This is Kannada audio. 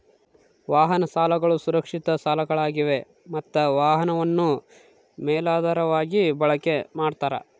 ವಾಹನ ಸಾಲಗಳು ಸುರಕ್ಷಿತ ಸಾಲಗಳಾಗಿವೆ ಮತ್ತ ವಾಹನವನ್ನು ಮೇಲಾಧಾರವಾಗಿ ಬಳಕೆ ಮಾಡ್ತಾರ